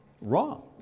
wrong